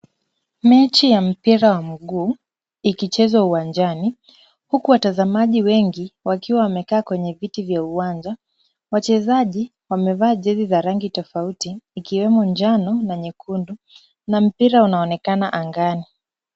Mechi ya mpira wa mguu ikichezwa uwanjani, huku watazamaji wengi wakiwa wamekaa kwenye viti vya uwanja. Wachezaji wamevaa jezi za rangi tofauti ikiwemo njano na nyekundu na mpira unaonekana angani.